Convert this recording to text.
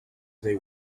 they